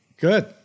Good